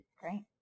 Great